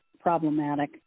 problematic